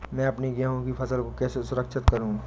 मैं अपनी गेहूँ की फसल को कैसे सुरक्षित करूँ?